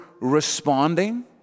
responding